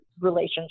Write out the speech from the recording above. relationship